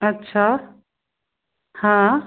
अच्छा हा